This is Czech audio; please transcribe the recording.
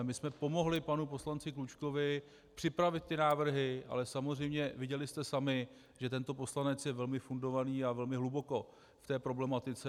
My jsme pomohli panu poslanci Klučkovi připravit ty návrhy, ale samozřejmě viděli jste sami, že tento poslanec je velmi fundovaný a velmi hluboko v té problematice.